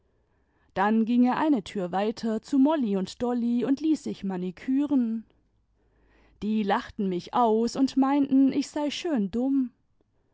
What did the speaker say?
dann ging er eine tür weiter zu mouy und t olly imd ließ sich maniküren die lachten mich aus und meinten ich sei schön dumm